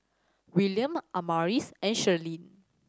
William Amaris and Shirlene